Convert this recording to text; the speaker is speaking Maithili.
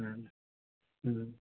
हुँ हुँ